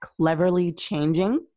cleverlychanging